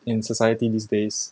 in society these days